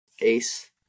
Ace